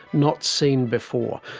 not seen before.